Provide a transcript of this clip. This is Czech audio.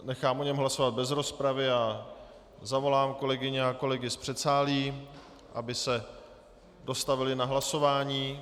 Nechám o něm hlasovat bez rozpravy a zavolám kolegyně a kolegy z předsálí, aby se dostavili na hlasování.